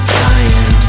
dying